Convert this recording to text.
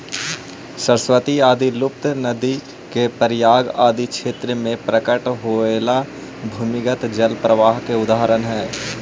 सरस्वती आदि लुप्त नदि के प्रयाग आदि क्षेत्र में प्रकट होएला भूमिगत जल प्रवाह के उदाहरण हई